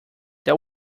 that